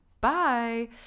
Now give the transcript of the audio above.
bye